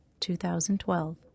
2012